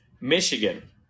Michigan